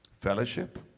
Fellowship